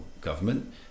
government